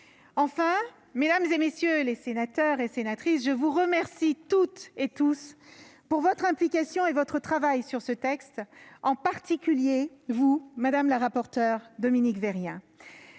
Enfin, mesdames, messieurs les sénateurs et les sénatrices, je vous remercie toutes et tous pour votre implication et votre travail sur ce texte, en particulier vous, madame la rapporteure Dominique Vérien.